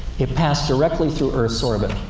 it passed directly through earth's orbit.